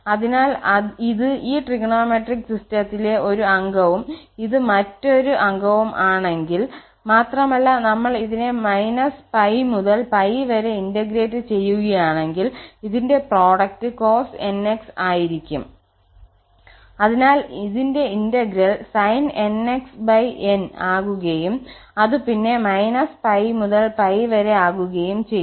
അതിനാൽ ഇത് ഈ ട്രിഗണോമെട്രിക് സിസ്റ്റത്തിലെ ഒരു അംഗവും ഇത് മറ്റൊരു അംഗവും ആണെങ്കിൽ മാത്രമല്ല നമ്മൾ ഇതിനെ −𝜋 മുതൽ 𝜋 വരെ ഇന്റഗ്രേറ്റ് ചെയ്യുകയാണെങ്കിൽ ഇതിന്റെ പ്രോഡക്റ്റ് cos 𝑛𝑥 ആയിരിക്കും അതിനാൽ ഇതിന്റെ ഇന്റഗ്രൽ sin 𝑛𝑥𝑛 ആകുകയും അതുപിന്നെ −𝜋 മുതൽ 𝜋 വരെ ആകുകയും ചെയ്യും